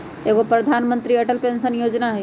एगो प्रधानमंत्री अटल पेंसन योजना है?